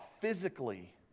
physically